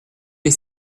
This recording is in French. les